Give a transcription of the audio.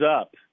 up